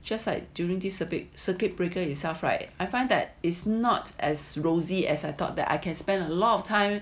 it's just like during this big circuit breaker itself right I find that is not as rosy as I thought that I can spend a lot of time